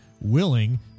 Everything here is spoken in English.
willing